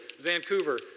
Vancouver